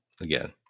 again